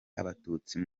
abatutsi